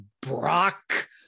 Brock